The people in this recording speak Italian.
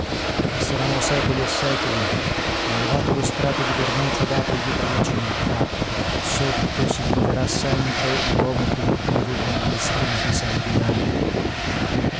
passeranno secoli e secoli ma levato lo strato di vernice datogli dalla civiltà sotto si troverà sempre l'uomo primitivo dagli istinti sanguinari